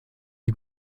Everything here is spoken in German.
die